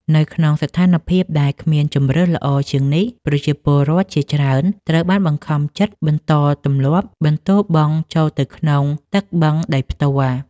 នៅក្នុងស្ថានភាពដែលគ្មានជម្រើសល្អជាងនេះ ប្រជាពលរដ្ឋជាច្រើនត្រូវបានបង្ខំចិត្តបន្តទម្លាប់បន្ទោបង់ចូលទៅក្នុងទឹកបឹងដោយផ្ទាល់។